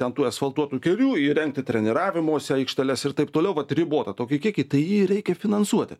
ten tų asfaltuotų kelių įrengti treniravimosi aikšteles ir taip toliau vat ribotą tokį kiekį tai jį ir reikia finansuoti